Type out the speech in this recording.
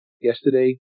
yesterday